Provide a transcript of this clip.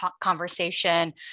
conversation